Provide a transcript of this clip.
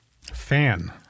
Fan